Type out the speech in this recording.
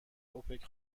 اوپک